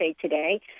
Today